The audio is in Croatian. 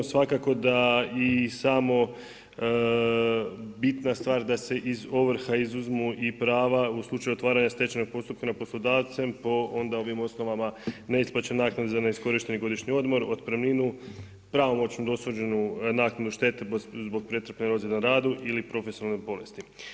Svakako da i samo bitna stvar da se iz ovrha izuzmu i prav u slučaju otvaranja stečajnog postupka nad poslodavcem po onda ovim osnovama neisplaćene naknade za neiskorišteni godišnji odmor, otpremninu, pravomoćnu dosuđenu naknadu štete zbog pretrpljene ozljede na radu ili profesionalnoj bolesti.